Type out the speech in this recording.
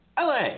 La